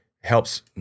helps